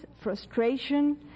frustration